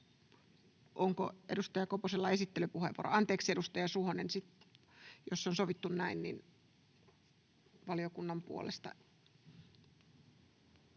Onko edustaja Koposella esittelypuheenvuoro? Anteeksi, edustaja Suhonen. Jos on sovittu näin, niin valiokunnan puolesta